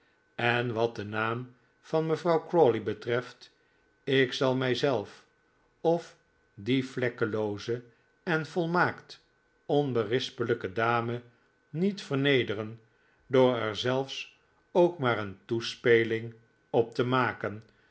en wat de naam van mevrouw crawley betreft ik zal mijzelf of die vlekkelooze en volmaakt onberispelijke dame niet vernederen door er zelfs ook maar een toespeling op te maken